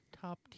top